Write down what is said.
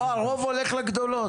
הרוב הולך לגדולות.